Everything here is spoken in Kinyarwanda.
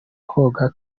koga